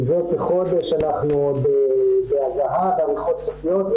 מזה כחודש אנחנו בהגהה, בעריכות סופיות.